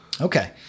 Okay